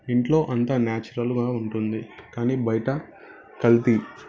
ఇంట్లో అంత న్యాచురల్గా ఉంటుంది కానీ బయట కల్తీ